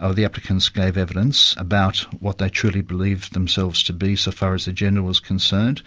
of the applicants gave evidence about what they truly believed themselves to be so far as a gender was concerned,